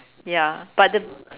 ya but the